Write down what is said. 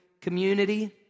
Community